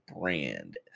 brand